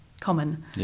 Common